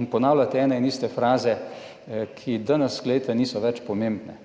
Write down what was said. in ponavljate ene in iste fraze, ki danes, glejte, niso več pomembne.